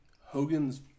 Hogan's